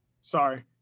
Sorry